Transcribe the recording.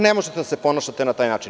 Ne možete da se ponašate na taj način.